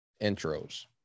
intros